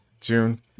June